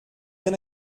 bien